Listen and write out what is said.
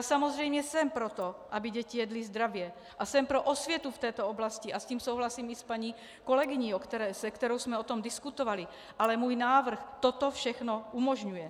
Samozřejmě jsem pro to, aby děti jedly zdravě, a jsem pro osvětu v této oblasti a v tom souhlasím i s paní kolegyní, se kterou jsme o tom diskutovali, ale můj návrh toto všechno umožňuje.